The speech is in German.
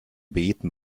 beten